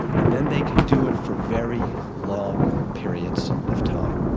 and then they can do it for very long periods of time.